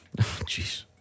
jeez